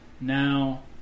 Now